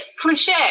cliche